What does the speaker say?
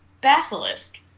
Basilisk